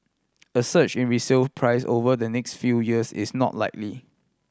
a surge in resale price over the next few years is not likely